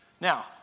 Now